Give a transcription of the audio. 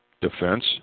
defense